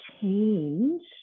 change